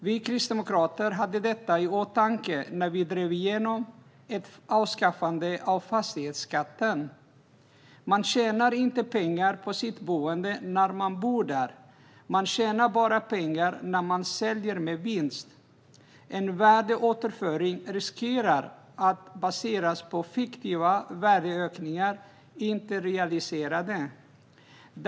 Vi kristdemokrater hade detta i åtanke när vi drev igenom ett avskaffande av fastighetsskatten. Man tjänar inte pengar på sitt boende när man bor där. Man tjänar bara pengar när man säljer med vinst. En värdeåterföring riskerar att baseras på fiktiva värdeökningar, inte realiserade.